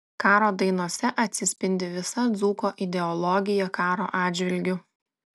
karo dainose atsispindi visa dzūko ideologija karo atžvilgiu